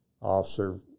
Officer